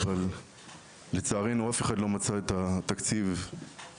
אבל לצערנו אף אחד לא מצא את התקציב ההמשכי.